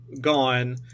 gone